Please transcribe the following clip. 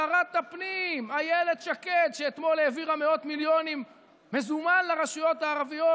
שרת פנים אילת שקד העבירה אתמול מאות מיליונים במזומן לרשויות הערביות,